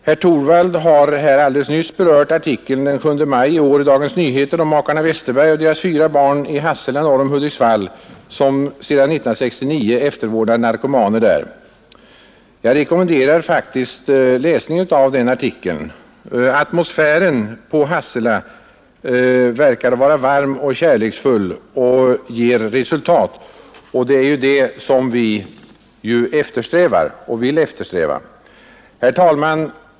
Herr Torwald har här alldeles nyss berört en artikel den 7 maj i år i Dagens Nyheter om makarna Westerberg och deras fyra barn i Hassela norr om Hudiksvall, som sedan 1969 eftervårdar narkomaner där. Jag rekommenderar läsning av den artikeln. Atmosfären i Hassela verkar vara varm och kärleksfull och ger resultat, och det är ju vad vi eftersträvar och vill eftersträva. Herr talman!